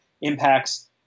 impacts –